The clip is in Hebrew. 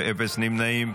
(פטור מרישוי עסק לקייטנה לתנועות נוער ולארגוני נוער),